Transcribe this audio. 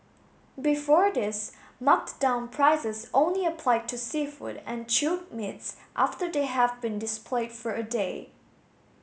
before this marked down prices only applied to seafood and chilled meats after they have been displayed for a day